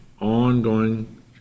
ongoing